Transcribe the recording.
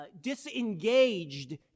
disengaged